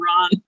Ron